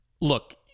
Look